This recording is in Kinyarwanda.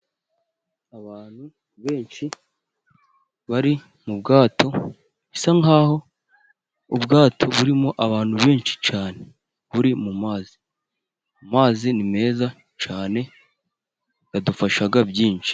Abantu benshi bari mu bwato bisa nkaho ubwato burimo abantu benshi cyane, buri mu mazi, amazi ni meza cyane adufasha byinshi.